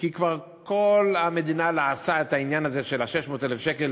כי כל המדינה כבר לעסה את העניין הזה של 600,000 שקל,